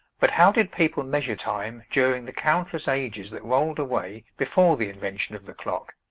but how did people measure time during the countless ages that rolled away before the invention of the clock?